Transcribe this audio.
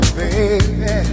baby